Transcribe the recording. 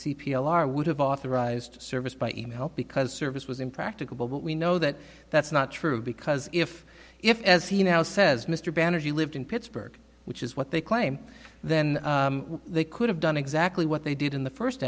are would have authorized service by e mail because service was impracticable but we know that that's not true because if if as he now says mr ban if you lived in pittsburgh which is what they claim then they could have done exactly what they did in the first